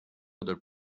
other